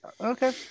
okay